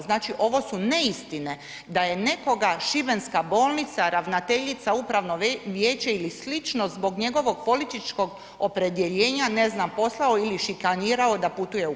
Znači ovo su neistine da je nekoga Šibenska bolnica, ravnateljica, upravno vijeće ili slično zbog njegovog političkog opredjeljenja ne znam poslao ili šikanirao da putuje u Knin.